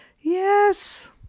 Yes